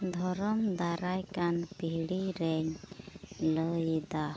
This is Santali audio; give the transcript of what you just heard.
ᱫᱷᱚᱨᱚᱢ ᱫᱟᱨᱟᱭᱠᱟᱱ ᱯᱤᱲᱦᱤ ᱨᱮᱱ ᱞᱟᱹᱭᱫᱟ